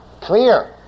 clear